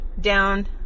down